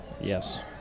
yes